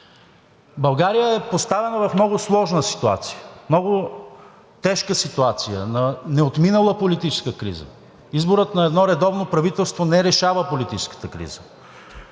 България е поставена в много сложна ситуация, много тежка ситуация на неотминала политическа криза – изборът на едно редовно правителство не решава политическата криза;